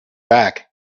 back